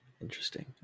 Interesting